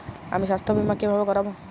আমি স্বাস্থ্য বিমা কিভাবে করাব?